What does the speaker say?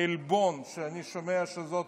מהעלבון, שאני שומע שזאת